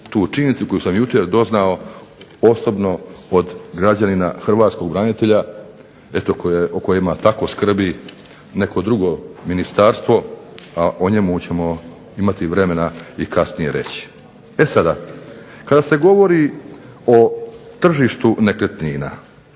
tu činjenicu koju sam jučer doznao osobno od građanina hrvatskog branitelja eto o kojima tako skrbi neko drugo ministarstvo, a o njemu ćemo imati vremena i kasnije reći. E sada, kada se govori o tržištu nekretnina,